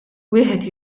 wieħed